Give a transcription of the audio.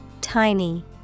tiny